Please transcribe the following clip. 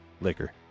liquor